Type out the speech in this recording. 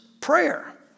prayer